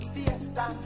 Fiesta